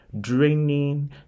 draining